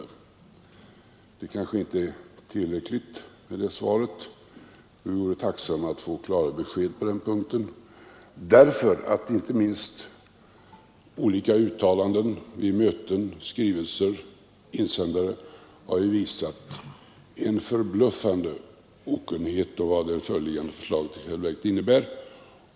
Det svaret kanske inte är tillräckligt. Vi vore tacksamma att få klara besked på den punkten. Inte minst olika uttalanden vid möten, skrivelser, insändare etc. har nämligen visat en förbluffande okunnighet om vad det föreliggande förslaget i själva verket innebär.